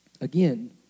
Again